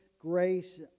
grace